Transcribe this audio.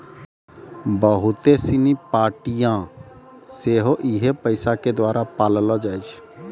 बहुते सिनी पार्टियां सेहो इहे पैसा के द्वारा पाललो जाय छै